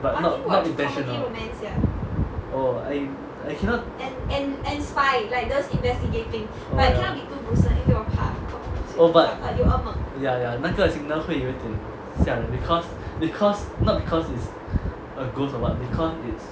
but not not intentional I I cannot oh ya oh but ya ya 那个 signal 会有点吓人 because because not because it's a ghost or what but because it